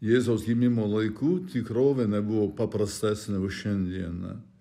jėzaus gimimo laikų tikrovė nebuvo paprasta seniau šiandien